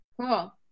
Cool